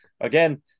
again